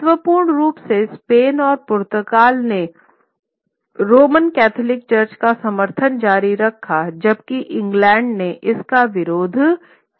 महत्वपूर्ण रूप से स्पेन और पुर्तगाल ने रोमन कैथोलिक चर्च का समर्थन जारी रखा जबकि इंग्लैंड ने इसका विरोध किया